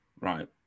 Right